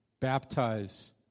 Baptize